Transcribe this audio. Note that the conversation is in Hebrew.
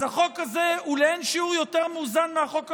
החוק הזה הוא לאין שיעור יותר מאוזן מהחוק המקורי.